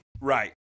right